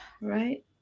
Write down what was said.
Right